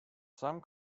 some